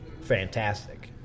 fantastic